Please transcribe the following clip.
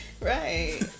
Right